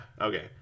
Okay